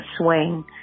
swing